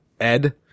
Ed